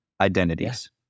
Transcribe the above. identities